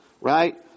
right